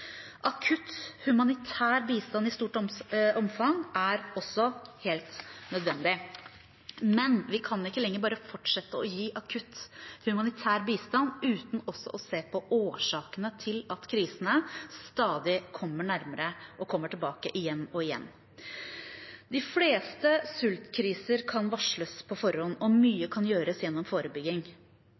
Akutt humanitær bistand i stort omfang er også helt nødvendig, men vi kan ikke lenger bare fortsette å gi akutt humanitær bistand uten også å se på årsakene til at krisene stadig kommer nærmere, og kommer tilbake igjen og igjen. De fleste sultkriser kan varsles på forhånd, og mye kan gjøres gjennom forebygging.